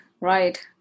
right